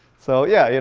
so yeah yeah,